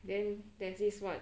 then there's this what